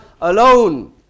alone